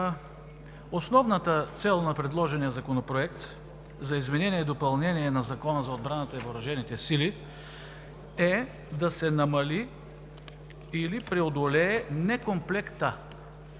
Основната цел на предложения законопроект за изменение и допълнение на Закона за отбраната и въоръжените сили е да се намали или преодолее некомплекта!